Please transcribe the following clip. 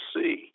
see